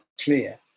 clear